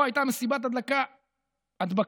פה הייתה מסיבת הדבקה עצומה,